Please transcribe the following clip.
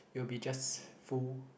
you'll be just full